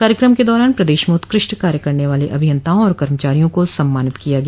कार्यक्रम के दौरान प्रदेश में उत्कृष्ट कार्य करने वाले अभियंताओं और कर्मचारियों को सम्मानित किया गया